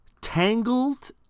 Tangled